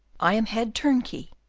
i am head turnkey,